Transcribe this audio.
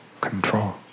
control